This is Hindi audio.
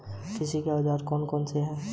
कृषि के औजार कौन कौन से हैं?